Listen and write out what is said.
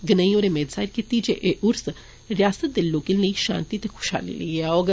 गनेई होरें मेद जाहिर कीती जे एह ऊर्स रियासत दे लोकें लेई षांति ते खुषहाली लेइयै औग